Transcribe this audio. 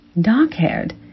dark-haired